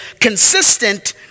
consistent